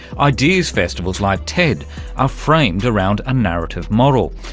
ideas festivals like ted are framed around a narrative model.